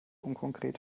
unkonkret